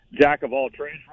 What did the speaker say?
jack-of-all-trades